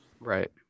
right